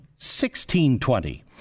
1620